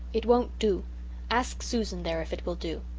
it won't do ask susan there if it will do.